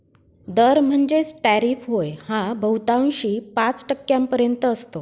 दर म्हणजेच टॅरिफ होय हा बहुतांशी पाच टक्क्यांपर्यंत असतो